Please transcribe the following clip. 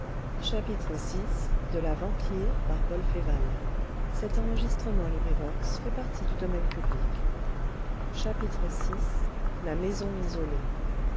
vi la maison isolée